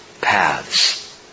paths